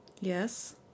Yes